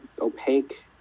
opaque